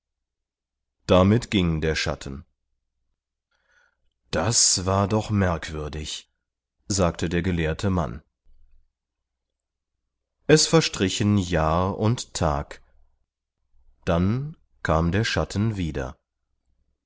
damit ging der schatten das war doch merkwürdig sagte der gelehrte mann es verstrichen jahr und tag dann kam der schatten wieder